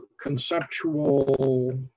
conceptual